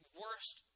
worst